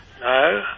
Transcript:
No